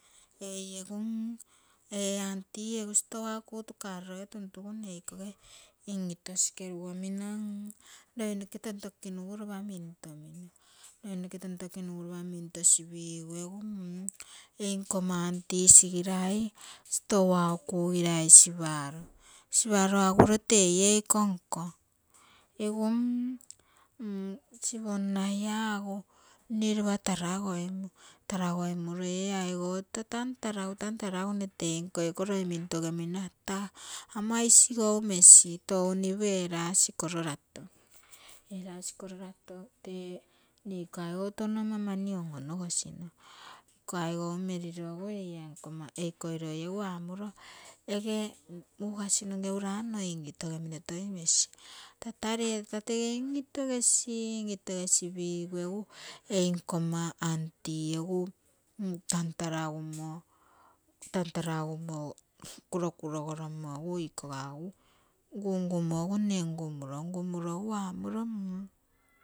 Ei egu mm, ei aunty egu store uku tukaroro ge tuntugu mne ikoge in-itusi kerugomino loi noke tontokinugu lopa mintomino, loi noke tontokinugu lopa mintosipigu egu ei nkomma aunty sigirai store kugirai siparo, siparo aguro tei eiko nko egu siponnaia agu mne lopa taragoimu, tarogoimuro ee aigou, tata tantaragu, tantaragu, mne tei nko eiko. loi mintogemino tata ama isigou mesi, tou nipu erasi koro rato, erasi koro rato mne iko aigou touno ama mani on-onogosino, iko aisou merirogo egu eikoi loi amuro ege uasi noge ura nno in-itugemino toi mesi tata, lee tata tege in-itogesi, in-itogesi pigu egu ei nko mma aunty egu tantaragumo, tantaragumo kurokurogo romo eguikoga egu ngungumo egu mne ngumuro, ngumuro egu amuro